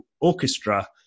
orchestra